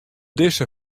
dizze